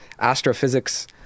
astrophysics